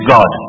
God